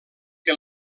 que